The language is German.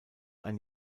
ein